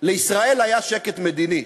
לישראל היה שקט מדיני.